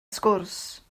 sgwrs